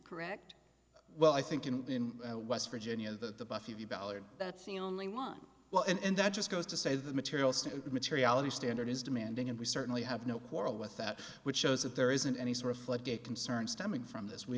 correct well i think in west virginia the ballard that's the only one well and that just goes to say the materials materiality standard is demanding and we certainly have no quarrel with that which shows that there isn't any sort of floodgate concern stemming from this we